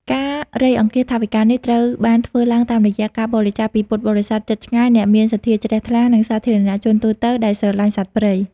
ការរៃអង្គាសថវិកានេះត្រូវបានធ្វើឡើងតាមរយៈការបរិច្ចាគពីពុទ្ធបរិស័ទជិតឆ្ងាយ អ្នកមានសទ្ធាជ្រះថ្លា និងសាធារណជនទូទៅដែលស្រឡាញ់សត្វព្រៃ